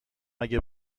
اگه